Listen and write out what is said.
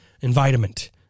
environment